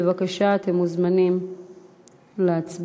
בבקשה, אתם מוזמנים להצביע.